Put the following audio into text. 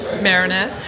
Marinette